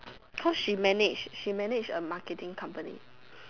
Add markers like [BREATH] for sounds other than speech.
cause she manage she manage a marketing company [BREATH]